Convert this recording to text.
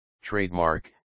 trademark